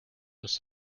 his